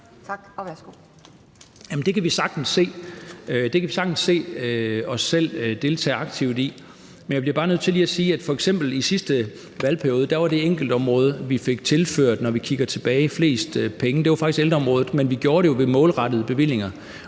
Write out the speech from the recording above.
Tak. Og værsgo. Kl. 11:10 Kristian Thulesen Dahl (DF): Det kan vi sagtens se os selv deltage aktivt i. Men jeg bliver bare lige nødt til at sige, at tilbage i f.eks. sidste valgperiode, var det enkeltområde, vi fik tilført flest penge, faktisk ældreområdet, men vi gjorde det jo ved målrettede bevillinger.